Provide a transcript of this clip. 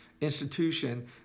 institution